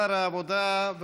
שר העבודה,